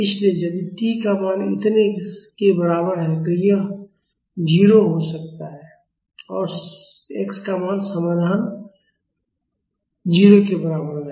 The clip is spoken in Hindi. इसलिए यदि t का मान इतने के बराबर है तो यह 0 हो सकता है और x का समाधान 0 के बराबर होगा